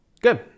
good